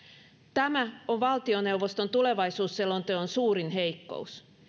tämä on valtioneuvoston tulevaisuusselonteon suurin heikkous